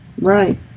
right